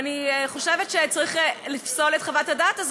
ואני חושבת שצריך לפסול את חוות הדעת הזאת,